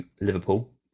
Liverpool